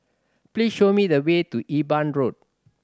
please show me the way to Eben Road